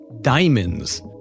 diamonds